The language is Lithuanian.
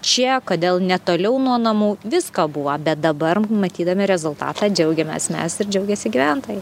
čia kodėl ne toliau nuo namų viską buvo bet dabar matydami rezultatą džiaugiamės mes ir džiaugiasi gyventojai